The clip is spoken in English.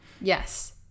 Yes